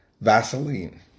Vaseline